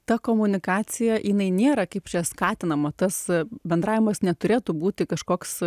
ta komunikacija jinai nėra kaip čia skatinama tas bendravimas neturėtų būti kažkoks